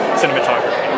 cinematography